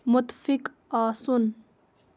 مُتفِق آسُن